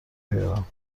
بیارم